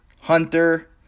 hunter